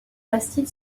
bastide